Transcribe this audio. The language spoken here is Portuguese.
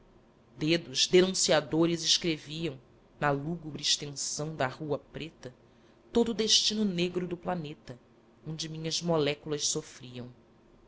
dedos denunciadores escreviam na lúgubre extensão da rua preta todo o destino negro do planeta onde minhas moléculas sofriam